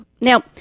Now